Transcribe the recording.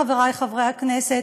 חברי חברי הכנסת.